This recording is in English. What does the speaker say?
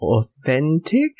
authentic